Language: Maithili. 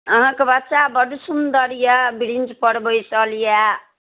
अहाँके बच्चा बड्ड सुन्दर यए बेंचपर बैसल यए